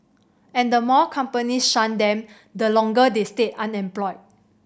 and the more companies shun them the longer they stay unemployed